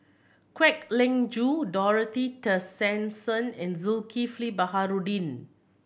Kwek Leng Joo Dorothy Tessensohn and Zulkifli Baharudin